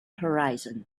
horizon